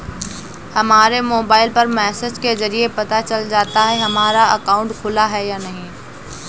हमारे मोबाइल पर मैसेज के जरिये पता चल जाता है हमारा अकाउंट खुला है या नहीं